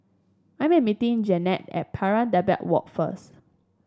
I am meeting Jeannette at Pari Dedap Walk first